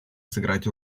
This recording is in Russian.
сыграть